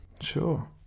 Sure